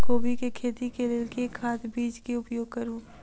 कोबी केँ खेती केँ लेल केँ खाद, बीज केँ प्रयोग करू?